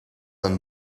een